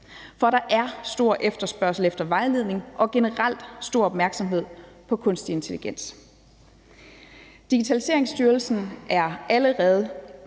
for der er stor efterspørgsel efter vejledning og generelt stor opmærksomhed på kunstig intelligens. Digitaliseringsstyrelsen er allerede